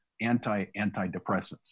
anti-antidepressants